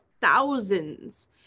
thousands